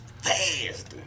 fast